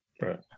right